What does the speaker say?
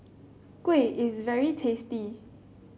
kuih is very tasty